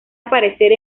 aparecer